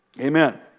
Amen